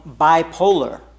bipolar